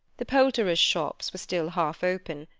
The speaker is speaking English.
the poulterers' shops were still half open,